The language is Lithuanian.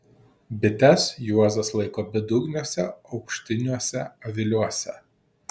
bites juozas laiko bedugniuose aukštiniuose aviliuose